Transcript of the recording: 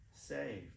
save